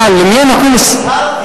אני הזהרתי.